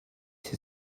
ses